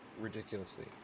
ridiculously